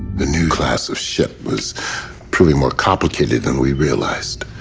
the new class of ship was proving more complicated than we realized.